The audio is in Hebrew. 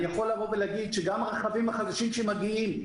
אני יכול להגיד שגם הרכבים החדשים שמגיעים,